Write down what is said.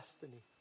destiny